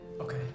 Okay